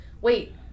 wait